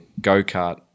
go-kart